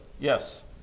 Yes